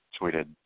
tweeted